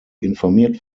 informiert